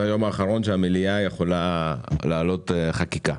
זה היום האחרון שהמליאה יכולה להעלות חקיקה.